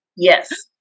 Yes